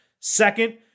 Second